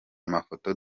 amafoto